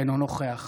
אינו נוכח